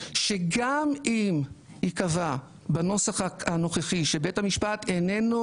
שגם אם ייקבע בנוסח הנוכחי שבית המשפט איננו